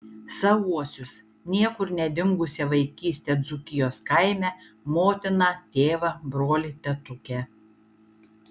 savuosius niekur nedingusią vaikystę dzūkijos kaime motiną tėvą brolį tetukę